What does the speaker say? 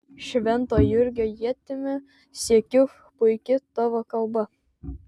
švento jurgio ietimi siekiu puiki tavo kalba